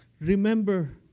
Remember